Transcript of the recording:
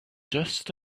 just